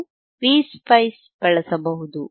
ನೀವು ಪಿಎಸ್ಪೈಸ್ ಬಳಸಬಹುದು